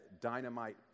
dynamite